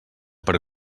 per